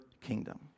kingdom